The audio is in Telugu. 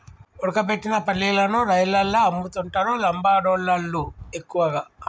ఉడకబెట్టిన పల్లీలను రైలల్ల అమ్ముతుంటరు లంబాడోళ్ళళ్లు ఎక్కువగా